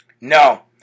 No